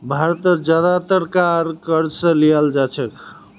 भारत ज्यादातर कार क़र्ज़ स लीयाल जा छेक